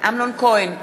אמנון כהן,